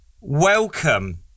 welcome